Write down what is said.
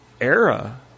era